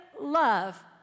love